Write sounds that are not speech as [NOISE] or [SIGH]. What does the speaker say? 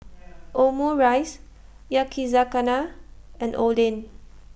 [NOISE] Omurice Yakizakana and Oden